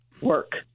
work